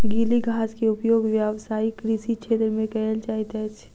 गीली घास के उपयोग व्यावसायिक कृषि क्षेत्र में कयल जाइत अछि